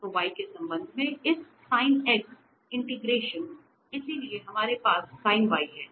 तोy के संबंध में इस sin x इंटिग्रेशन इसलिए हमारे पास sin y है